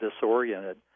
disoriented